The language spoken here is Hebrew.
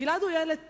גלעד הוא ילד טוב,